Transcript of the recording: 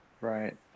Right